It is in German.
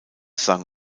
sang